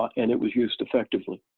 like and it was used effectively.